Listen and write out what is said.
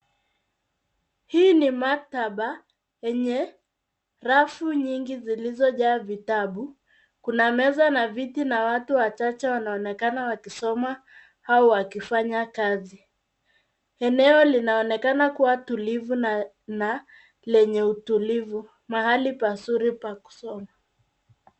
Hii ni maktaba yenye rafu nyingi zilizojaa vitabu . Kuna meza na viti na watu wachache wanaonekana wakisoma au wakifanya kazi. Eneo linaonekana kua tulivu na lenye utulivu, mahali pazuri pa kusoma.